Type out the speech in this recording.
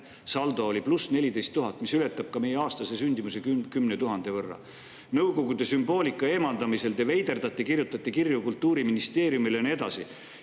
Saldo oli +14 000, mis ületab meie aastase sündimuse 10 000 võrra. Nõukogude sümboolika eemaldamisel te veiderdate, kirjutate kirju Kultuuriministeeriumile ja nii edasi.